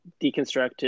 deconstructed